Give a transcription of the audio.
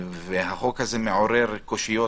והחוק הזה מעורר קושיות